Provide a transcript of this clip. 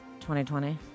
2020